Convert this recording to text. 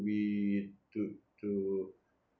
we to to